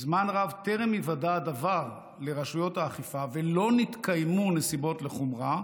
זמן רב טרם היוודע הדבר לרשויות האכיפה ולא נתקיימו נסיבות לחומרה,